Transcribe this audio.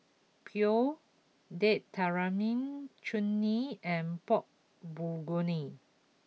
Pho Date Tamarind Chutney and Pork Bulgogi